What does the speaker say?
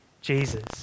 Jesus